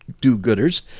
do-gooders